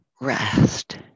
rest